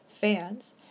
fans